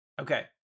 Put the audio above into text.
Okay